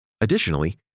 Additionally